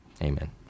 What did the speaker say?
Amen